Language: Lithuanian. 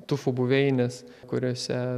tufu buveines kuriose